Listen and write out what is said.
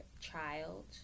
child